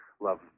love